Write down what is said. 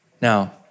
Now